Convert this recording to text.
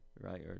right